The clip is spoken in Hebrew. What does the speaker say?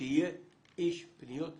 יהיה איש פניות ציבור.